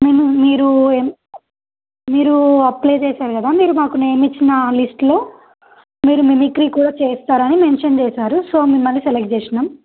మేము మీరు మీరు అప్లై చేసారు కదా మీరు మాకు నేమ్ ఇచ్చిన ఆ లిస్టులో మీరు మిమిక్రీ కూడా చేస్తారని మెన్షన్ చేసారు సో మిమ్మల్ని సెలెక్ట్ చేసాం